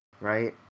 right